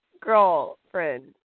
Girlfriend